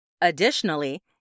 Additionally